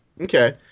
Okay